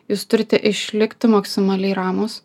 jūs turite išlikti maksimaliai ramūs